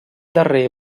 darrer